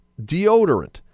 deodorant